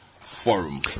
Forum